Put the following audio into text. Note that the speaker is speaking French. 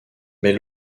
mais